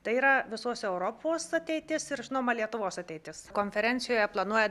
tai yra visos europos ateitis ir žinoma lietuvos ateitis konferencijoje planuoja